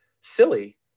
silly